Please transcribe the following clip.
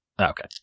Okay